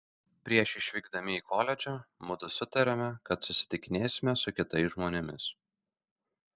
prieš išvykdami į koledžą mudu sutarėme kad susitikinėsime su kitais žmonėmis